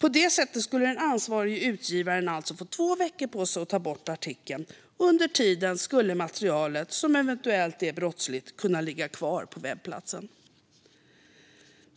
På det sättet skulle den ansvariga utgivaren alltså få två veckor på sig att ta bort artikeln. Under tiden skulle materialet, som eventuellt är brottsligt, kunna ligga kvar på webbplatsen.